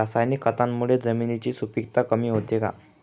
रासायनिक खतांमुळे जमिनीची सुपिकता कमी होते का?